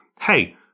hey